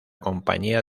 compañía